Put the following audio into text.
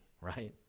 right